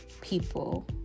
people